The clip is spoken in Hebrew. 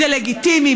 זה לגיטימי.